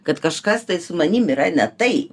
kad kažkas tai su manim yra ne tai